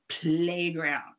Playground